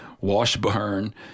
Washburn